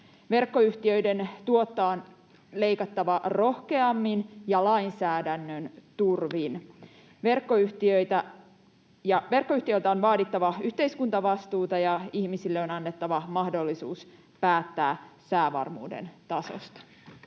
Verkkoyhtiöiden tuottoa on leikattava rohkeammin ja lainsäädännön turvin. Verkkoyhtiöiltä on vaadittava yhteiskuntavastuuta, ja ihmisille on annettava mahdollisuus päättää säävarmuuden tasosta.